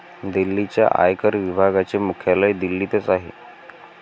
दिल्लीच्या आयकर विभागाचे मुख्यालय दिल्लीतच आहे